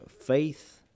faith